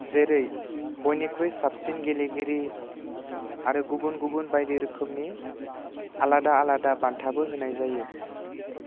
जेरै बयनिख्रुइ साबसिन गेलेगिरि आरो गुबुन गुबुन बायदि रोखोमनि आलादा आलादा बान्थाबो होनाय जायो